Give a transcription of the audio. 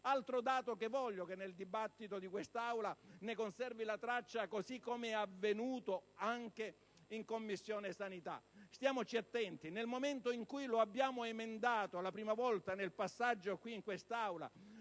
altro dato che di cui vorrei che il dibattito in Aula conservasse traccia, così come è avvenuto anche in Commissione sanità. Stiamo attenti: nel momento in cui lo abbiamo emendato per la prima volta nel passaggio qui in Aula,